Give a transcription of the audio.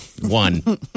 one